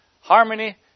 Harmony